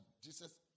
Jesus